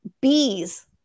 bees